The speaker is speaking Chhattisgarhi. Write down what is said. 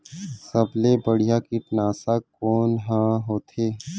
सबले बढ़िया कीटनाशक कोन ह होथे?